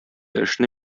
эшне